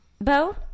Bo